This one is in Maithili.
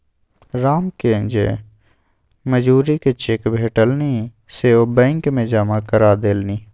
रामकेँ जे मजूरीक चेक भेटलनि से ओ बैंक मे जमा करा देलनि